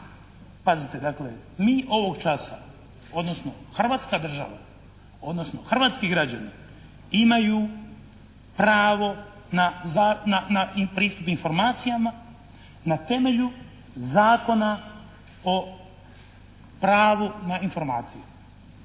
pazite dakle mi ovog časa, odnosno Hrvatska država, odnosno hrvatski građani imaju pravo na pristup informacijama na temelju Zakona o pravu na informacije.